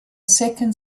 second